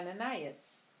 Ananias